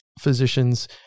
physicians